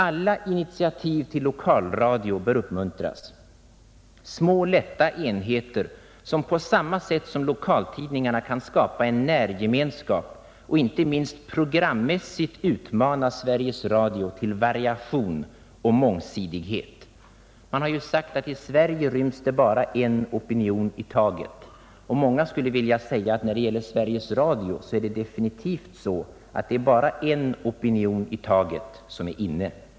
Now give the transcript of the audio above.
Alla initiativ till lokalradio bör uppmuntras, små lätta enheter som på samma sätt som lokaltidningarna kan skapa en närgemenskap och inte minst programmässigt utmana Sveriges Radio till variation och mångsidighet. Man har sagt att i Sverige ryms det bara en opinion i taget; man skulle vilja säga att när det gäller Sveriges Radio är det definitivt så att det är bara en opinion i taget som är ”inne”.